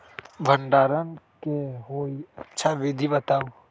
भंडारण के कोई अच्छा विधि बताउ?